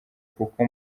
kuko